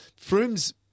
Froome's